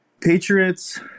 Patriots